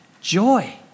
Joy